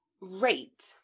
rate